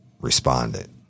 responded